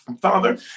Father